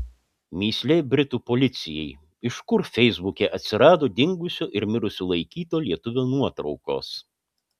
mįslė britų policijai iš kur feisbuke atsirado dingusio ir mirusiu laikyto lietuvio nuotraukos